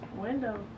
Window